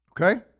Okay